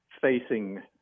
facing